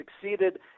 succeeded